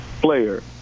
player